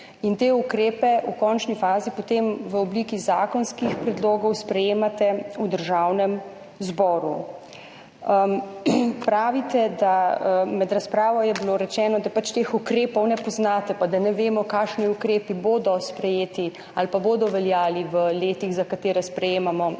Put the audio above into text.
Te ukrepe v končni fazi potem v obliki zakonskih predlogov sprejemate v Državnem zboru. Pravite, med razpravo je bilo rečeno, da pač teh ukrepov ne poznate pa da ne vemo, kakšni ukrepi bodo sprejeti ali bodo veljali v letih, za kateri sprejemamo